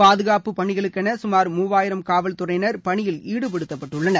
பாதுகாப்பு பணிகளுக்கென சுமார் மூவாயிரம் காவல் துறையினர் பணியில் ஈடுப்படுத்தப்பட்டுள்ளனர்